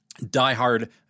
Diehard